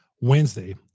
Wednesday